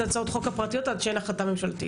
הצעות החוק הפרטיות עד שאין החלטה ממשלתית.